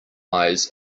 eyes